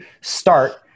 start